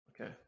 Okay